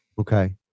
Okay